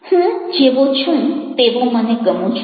હું જેવો છું તેવો મને ગમું છું